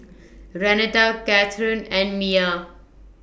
Renata Cathern and Miya